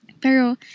Pero